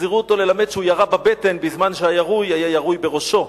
לימדו אותו לשחזר שהוא ירה בבטן בזמן שהירוי היה ירוי בראשו,